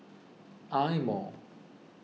Eye Mo